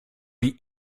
wie